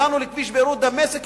הגענו לכביש ביירות דמשק.